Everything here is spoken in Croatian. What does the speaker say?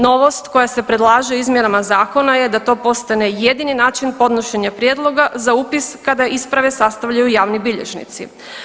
Novost koja se predlaže izmjenama zakona je da to postane jedini način podnošenja prijedloga za upis kada isprave sastavljaju javni bilježnici.